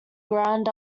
ground